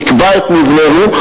יקבע את מבנהו,